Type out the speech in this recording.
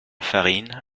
farine